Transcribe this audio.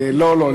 לא לא,